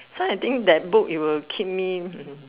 so I think that book it will keep me hmm